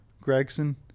Gregson